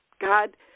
God